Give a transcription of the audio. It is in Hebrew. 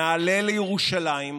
נעלה לירושלים,